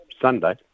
Sunday